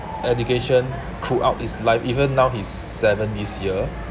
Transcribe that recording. education throughout his life even now he's seven this year